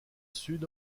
sud